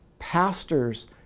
pastors